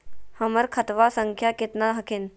हमर खतवा संख्या केतना हखिन?